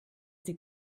sie